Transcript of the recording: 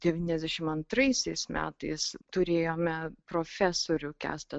devyniasdešim antraisiais metais turėjome profesorių kęstą